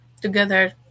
together